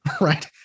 right